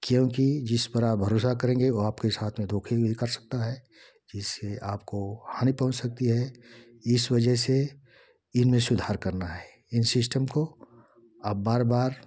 क्योंकि जिस पर आप भरोसा करेंगे वो आपके साथ में धो कर भी कर सकता है जिससे आपको हानी पहुँच सकती है इस वजह से इनमें सुधार करना है इन सिस्टम को अब बार बार